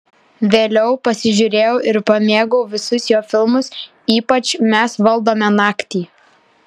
vėliau pasižiūrėjau ir pamėgau visus jo filmus ypač mes valdome naktį